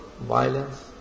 violence